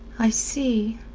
i see.